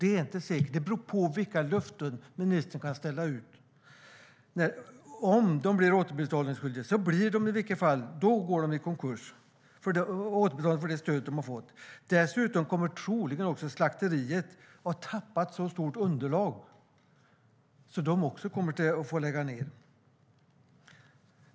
Det är inte säkert; det beror på vilka löften ministern kan ställa ut, men blir de återbetalningsskyldiga för det stöd de har fått går de i alla fall i konkurs. Dessutom kommer slakteriet troligen också att ha tappat så mycket underlag att även de kommer att få lägga ned.